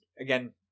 again